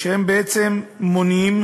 שהם בעצם מונעים